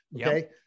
Okay